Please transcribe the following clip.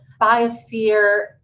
biosphere